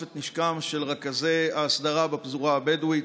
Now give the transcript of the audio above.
את נשקם של רכזי ההסדרה בפזורה הבדואית.